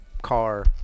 Car